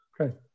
okay